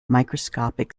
microscopic